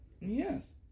Yes